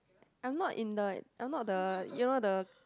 I'm not in the I'm not the you know the